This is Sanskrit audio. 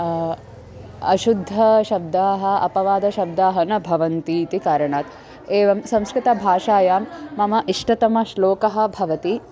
अशुद्धशब्दाः अपवादशब्दाः न भवन्ति इति कारणात् एवं संस्कृतभाषायां मम इष्टतमश्लोकः भवति